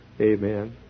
Amen